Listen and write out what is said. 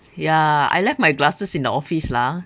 ya I left my glasses in the office lah